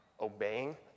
obeying